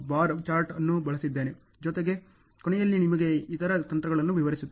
ಈ bar chart ಅನ್ನು ತೋರಿಸಲು ನಾನು ಬಾರ್ ಚಾರ್ಟ್ ಅನ್ನು ಬಳಸಿದ್ದೇನೆ ಜೊತೆಗೆ ಕೊನೆಯಲ್ಲಿ ನಿಮಗೆ ಇತರ ತಂತ್ರಗಳು ವಿವರಿಸುತ್ತೇನೆ